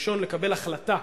הראשון לקבל החלטה,